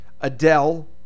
Adele